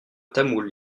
tamoul